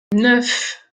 neuf